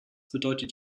bedeutet